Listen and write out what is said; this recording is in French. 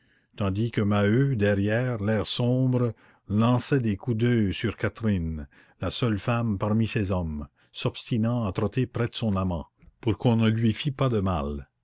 tandis que maheu derrière l'air sombre lançait des coups d'oeil sur catherine la seule femme parmi ces hommes s'obstinant à trotter près de son amant pour qu'on ne lui fît pas du mal